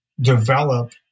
develop